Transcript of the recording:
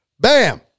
Bam